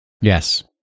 Yes